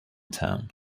town